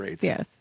Yes